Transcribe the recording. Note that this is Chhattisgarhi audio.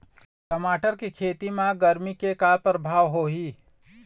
टमाटर के खेती म गरमी के का परभाव होही?